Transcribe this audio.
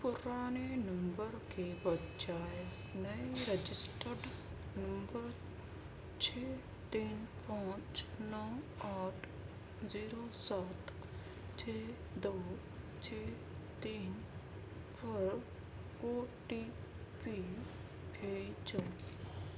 پرانے نمبر کے بجائے نئے رجسٹرڈ نمبر چھ تین پانچ نو آٹھ زیرو سات چھ دو چھ تین پر او ٹی پی بھیجو